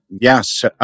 yes